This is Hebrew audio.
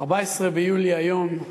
14 ביולי היום,